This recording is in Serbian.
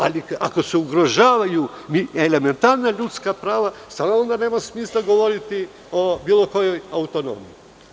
Ako se ugrožavaju elementarna ljudska prava, stvarno onda nema smisla govoriti o bilo kojoj autonomiji.